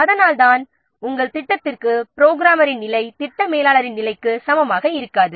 அதனால்தான் நம் ப்ரொஜெக்டிற்கு புரோகிராமரின் நிலை ப்ராஜெக்ட் மேனேஜரின் நிலைக்கு சமமாக இருக்காது